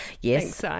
yes